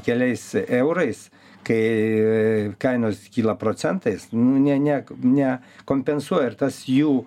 keliais eurais kai kainos kyla procentais ne ne ne kompensuoja ir tas jų